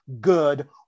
good